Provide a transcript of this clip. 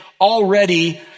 already